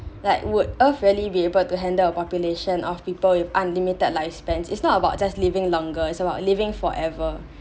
like would earth really be able to handle a population of people with unlimited lifespans it's not about just living longer is about living forever